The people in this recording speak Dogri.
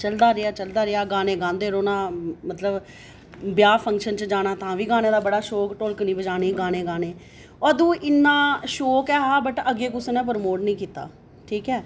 चलदा चलदा रेहा गाने गांदे रौह्ना मतलब ब्याह् फंक्शन च जाना तां बी गाने दा बड़ा शौक ढोलकी नीं बजानी गाने गाने अदूं इ'न्ना शौक ऐ हा बट कुसै ने प्रमोट नीं कीता ठीक ऐ